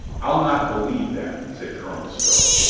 i'll not believe that, said colonel stow.